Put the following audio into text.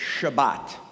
Shabbat